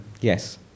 Yes